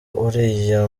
uriya